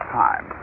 time